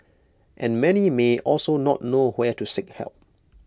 and many may also not know where to seek help